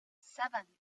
seven